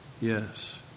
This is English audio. Yes